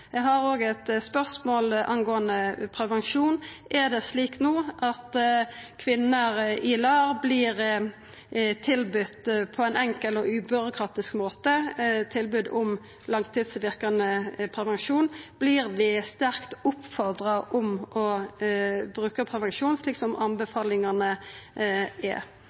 Eg har òg eit spørsmål som gjeld prevensjon. Er det slik no at kvinner i LAR på ein enkel og ubyråkratisk måte får tilbod om langtidsverkande prevensjon? Vert dei sterkt oppfordra om å bruka prevensjon, slik som anbefalingane er?